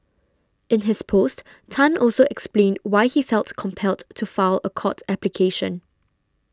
in his post Tan also explained why he felt compelled to file a court application